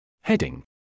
Heading